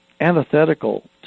antithetical